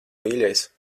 mīļais